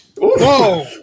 Whoa